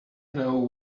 know